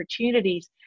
opportunities